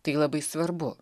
tai labai svarbu